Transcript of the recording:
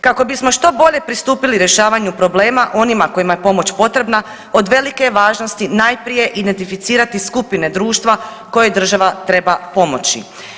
Kako bismo što bolje pristupili rješavanju problema onima kojima je pomoć potrebna od velike je važnosti najprije identificirati skupine društva koje država treba pomoći.